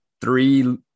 three